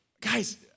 Guys